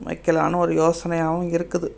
வைக்கலாம்ன்னு ஒரு யோசனையாகவும் இருக்குது